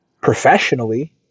professionally